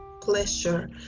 pleasure